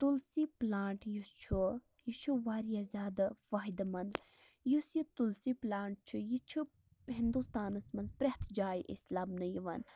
تُلسی plant یُس چھُ یہِ چھُ واریاہ زیادٕ فٲیدٕمَند یُس یہِ تُلسی پٔلانٹ چھُ یہِ چھُ ہِندوستانَس منٛز اَسہِ پرٮ۪تھ جایہِ أسۍ لَبنہٕ یِوان